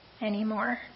anymore